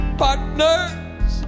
partners